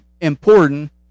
important